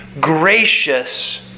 gracious